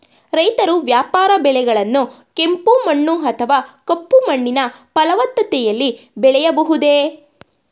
ರೈತರು ವ್ಯಾಪಾರ ಬೆಳೆಗಳನ್ನು ಕೆಂಪು ಮಣ್ಣು ಅಥವಾ ಕಪ್ಪು ಮಣ್ಣಿನ ಫಲವತ್ತತೆಯಲ್ಲಿ ಬೆಳೆಯಬಹುದೇ?